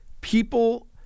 people